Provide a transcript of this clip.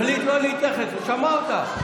הוא החליט לא להתייחס, הוא שמע אותך.